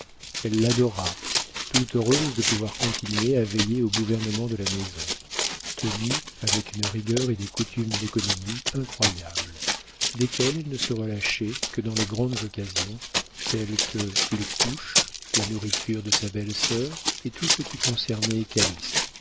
elle l'adora tout heureuse de pouvoir continuer à veiller au gouvernement de la maison tenue avec une rigueur et des coutumes d'économie incroyables desquelles elle ne se relâchait que dans les grandes occasions telles que les couches la nourriture de sa belle-sœur et tout ce qui concernait